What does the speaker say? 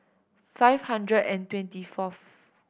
five hundred and twenty fourth